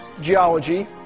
geology